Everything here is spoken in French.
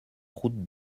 route